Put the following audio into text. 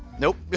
nope,